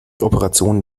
operationen